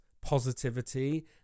positivity